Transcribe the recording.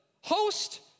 host